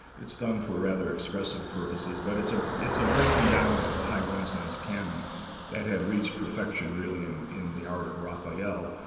it's done for rather expressive purposes, but it's ah it's a breaking down of the high renaissance canon that had reached perfection, really, in in the art of raphael.